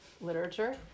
literature